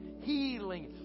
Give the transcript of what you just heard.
healing